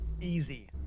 Easy